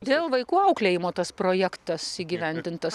dėl vaikų auklėjimo tas projektas įgyvendintas taip tiškai ko gero taip